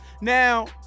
Now